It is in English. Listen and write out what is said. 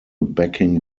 backing